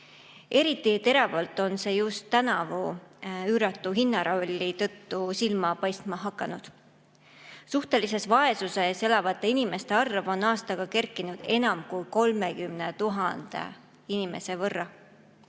Eriti teravalt on see just tänavu üüratu hinnaralli tõttu silma paistma hakanud. Suhtelises vaesuses elavate inimeste arv on aastaga kerkinud enam kui 30 000 inimese võrra.